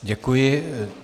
Děkuji.